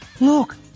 Look